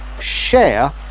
share